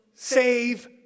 save